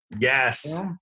Yes